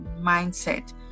mindset